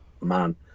man